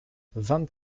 vingt